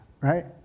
Right